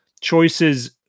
choices